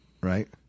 Right